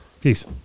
Peace